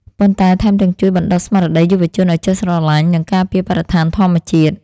ប៉ុន្តែថែមទាំងជួយបណ្ដុះស្មារតីយុវជនឱ្យចេះស្រឡាញ់ និងការពារបរិស្ថានធម្មជាតិ។